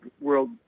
world